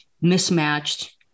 mismatched